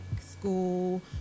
school